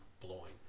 blowing